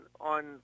on